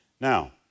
Now